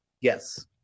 yes